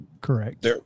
Correct